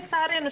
לצערנו,